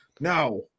no